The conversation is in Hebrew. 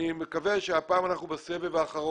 אני מקווה שהפעם אנחנו בסבב האחרון.